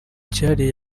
cyihariye